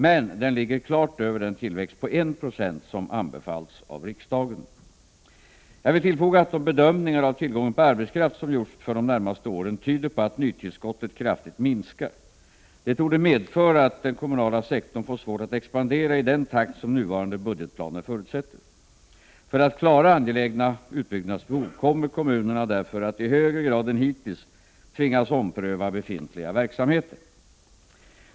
Men den ligger klart över den tillväxt på 1 96 som anbefallts av riksdagen. Jag vill tillfoga att de bedömningar av tillgången på arbetskraft som gjorts för de närmaste åren tyder på att nytillskottet kraftigt minskar. Detta torde medföra att den kommunala sektorn får svårt att expandera i den takt som nuvarande budgetplaner förutsätter. För att klara angelägna utbyggnadsbe hov kommer kommunerna därför att i högre grad än hittills tvingas ompröva befintliga verksamheter.